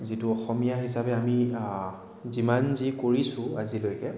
যিটো অসমীয়া হিচাপে আমি যিমান যি কৰিছোঁ আজিলৈকে